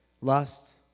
Lust